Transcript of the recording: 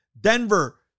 Denver